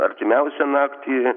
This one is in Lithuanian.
artimiausią naktį